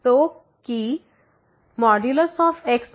तो कि x 1δहै